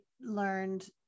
learned